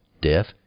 death